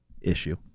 issue